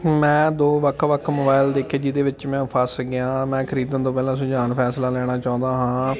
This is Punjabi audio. ਮੈਂ ਦੋ ਵੱਖ ਵੱਖ ਮੋਬਾਇਲ ਦੇਖੇ ਜਿਹਦੇ ਵਿੱਚ ਮੈਂ ਫਸ ਗਿਆ ਹਾਂ ਮੈਂ ਖਰੀਦਣ ਤੋਂ ਪਹਿਲਾਂ ਸੁਝਾਅ ਫੈਸਲਾ ਲੈਣਾ ਚਾਹੁੰਦਾ ਹਾਂ